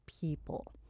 people